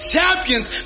Champions